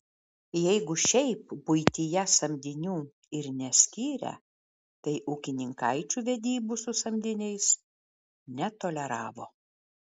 jeigu šiaip buityje samdinių ir neskyrę tai ūkininkaičių vedybų su samdiniais netoleravo